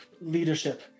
leadership